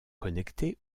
connecté